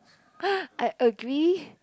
I agree